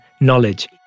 knowledge